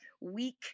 weak